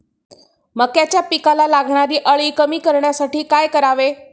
मक्याच्या पिकाला लागणारी अळी कमी करण्यासाठी काय करावे?